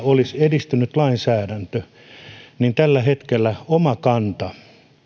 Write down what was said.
olisi edistynyt lainsäädäntö tällä hetkellä omakanta